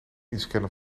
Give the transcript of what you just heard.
inscannen